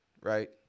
right